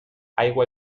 aigua